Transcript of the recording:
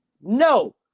no